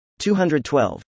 212